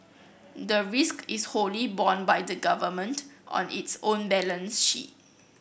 the risk is wholly borne by the government on its own balance sheet